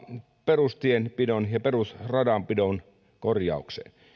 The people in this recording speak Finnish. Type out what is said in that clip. perustienpidon ja perusradanpidon korjaukseen